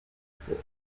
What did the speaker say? school